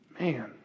Man